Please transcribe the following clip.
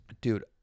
Dude